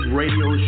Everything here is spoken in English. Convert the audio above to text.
radio